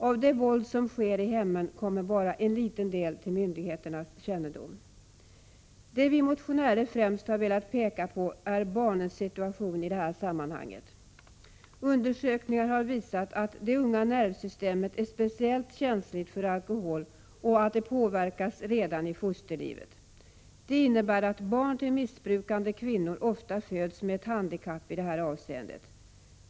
Av det våld som sker i hemmen kommer bara en liten del till myndigheternas kännedom. Det vi motionärer främst har velat peka på är barnens situation i det här sammanhanget. Undersökningar har visat att det unga nervsystemet är speciellt känsligt för alkohol och att det påverkas redan i fosterlivet. Det innebär att barn till missbrukande kvinnor ofta föds med ett handikapp i det här avseendet.